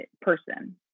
person